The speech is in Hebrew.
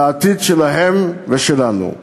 לעתיד שלהם ושלנו.